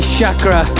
Chakra